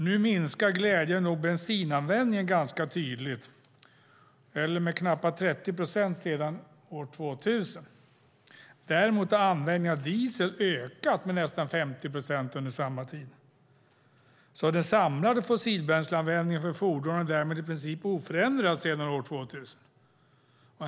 Nu minskar glädjande nog bensinanvändningen ganska tydligt, eller med knappa 30 procent sedan år 2000. Däremot har användningen av diesel ökat med nästan 50 procent under samma tid. Den samlade fossilbränsleanvändningen för fordon är därmed i princip oförändrad sedan år 2000.